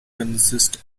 consists